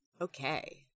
Okay